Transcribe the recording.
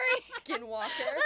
Skinwalker